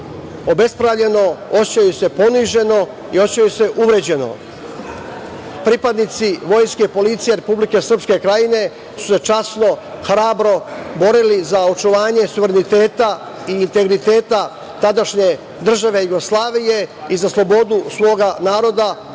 obespravljeno, osećaju se poniženo i osećaju se uvređeno. Pripadnici vojske i policije Republike Srpske Krajine su se časno, hrabro borili za očuvanje suvereniteta i integriteta tadašnje države Jugoslavije i za slobodu svoga naroda